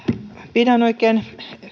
pidän oikein